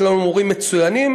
יש לנו מורים מצוינים,